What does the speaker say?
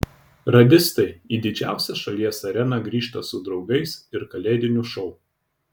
radistai į didžiausią šalies areną grįžta su draugais ir kalėdiniu šou